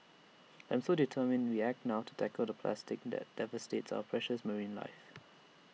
I am determined we act now to tackle the plastic that devastates our precious marine life